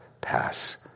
pass